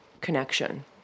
connection